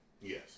Yes